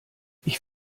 ich